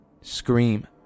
scream